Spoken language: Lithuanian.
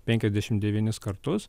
penkiasdešimt devynis kartus